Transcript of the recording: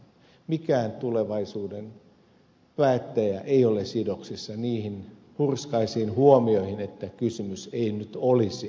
mikään tulevaisuuden päättäjä ei ole sidoksissa niihin hurskaisiin huomioihin että kysymys ei nyt olisi ennakkopäätöksestä